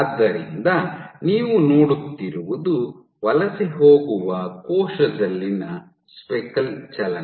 ಆದ್ದರಿಂದ ನೀವು ನೋಡುತ್ತಿರುವುದು ವಲಸೆ ಹೋಗುವ ಕೋಶದಲ್ಲಿನ ಸ್ಪೆಕಲ್ ಚಲನೆ